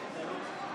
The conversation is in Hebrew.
(קוראת בשמות חברי הכנסת)